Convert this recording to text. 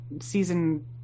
season